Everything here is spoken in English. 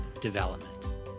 development